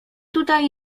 tutaj